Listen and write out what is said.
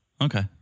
Okay